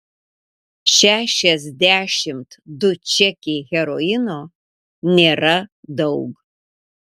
šešiasdešimt du čekiai heroino nėra daug